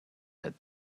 had